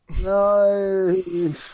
no